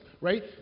right